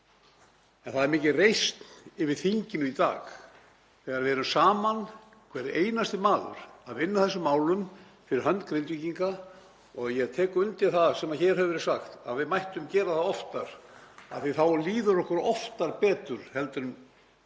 En það er mikil reisn yfir þinginu í dag þegar við erum saman, hver einasti maður, að vinna að þessum málum fyrir hönd Grindvíkinga og ég tek undir það sem hér hefur verið sagt um að við mættum gera það oftar af því að þá liði okkur oftar betur en